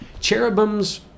Cherubims